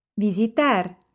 Visitar